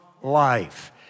life